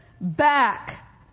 back